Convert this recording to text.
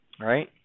right